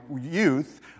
youth